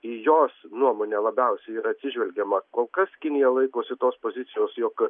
į jos nuomone labiausiai yra atsižvelgiama kol kas kinija laikosi tos pozicijos jog